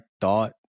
thought